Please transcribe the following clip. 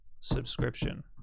subscription